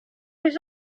was